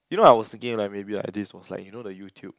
you know I was thinking like maybe like this was like the you know the YouTube